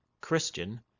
Christian